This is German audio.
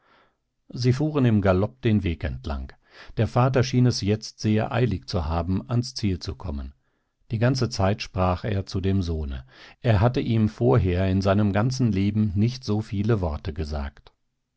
sie fuhren im galopp den weg entlang der vater schien es jetzt sehr eilig zu haben ans ziel zu kommen die ganze zeit sprach er zu dem sohne er hatte ihm vorher in seinem ganzen leben nicht so viele worte gesagt